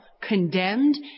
condemned